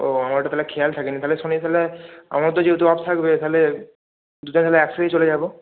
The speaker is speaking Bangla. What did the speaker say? ও আমার ওটা তাহলে খেয়াল থাকেনি তাহলে শনিয়ে চলে আয় আমারও তো যেহেতু অফ থাকবে তাহলে দুজন মিলে একসঙ্গেই চলে যাব